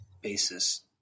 basis